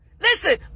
Listen